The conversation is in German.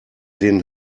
den